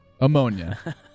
Ammonia